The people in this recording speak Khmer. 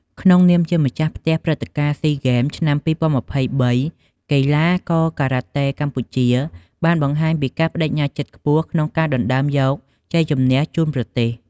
ក្នុងនាមជាម្ចាស់ផ្ទះព្រឹត្តិការណ៍ស៊ីហ្គេមឆ្នាំ ២០២៣ កីឡាករការ៉ាតេកម្ពុជាបានបង្ហាញពីការប្ដេជ្ញាចិត្តខ្ពស់ក្នុងការដណ្តើមយកជ័យជម្នះជូនប្រទេស។។